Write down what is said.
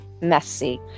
messy